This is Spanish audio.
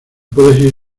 puedes